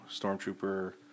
Stormtrooper